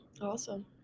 Awesome